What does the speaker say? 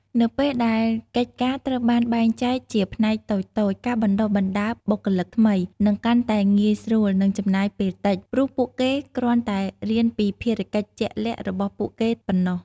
នៅពេលដែលកិច្ចការត្រូវបានបែងចែកជាផ្នែកតូចៗ ការបណ្តុះបណ្តាលបុគ្គលិកថ្មីនឹងកាន់តែងាយស្រួល និងចំណាយពេលតិច ព្រោះពួកគេគ្រាន់តែរៀនពីភារកិច្ចជាក់លាក់របស់ពួកគេប៉ុណ្ណោះ។